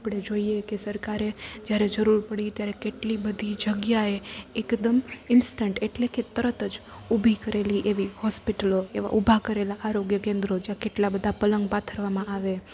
આપણે જોઈએ કે સરકારે જ્યારે જરૂર પડી ત્યારે કેટલી બધી જગ્યાએ એકદમ ઈન્સ્ટન્ટ એટલે કે તરત જ ઊભી કરેલી એવી હોસ્પિટલો ઊભા કરેલાં આરોગ્ય કેન્દ્રો જ્યાં કેટલા બધા પલંગ પાથરવામાં આવે